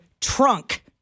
Trunk